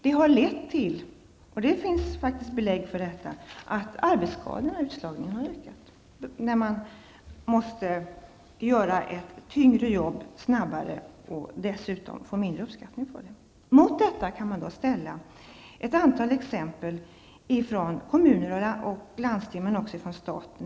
Det har också lett till -- och det finns belägg för detta --, att arbetsskadorna och utslagningen har ökat, när man måste göra ett tyngre jobb snabbare och dessutom får mindre uppskattning för det. Mot detta kan man ställa ett antal exempel från kommuner och landsting, men också från staten.